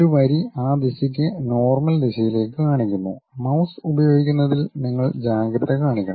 ഒരു വരി ആ ദിശക്ക് നോർമൽ ദിശയിലേക്ക് കാണിക്കുന്നു മൌസ് ഉപയോഗിക്കുന്നതിൽ നിങ്ങൾ ജാഗ്രത കാണിക്കണം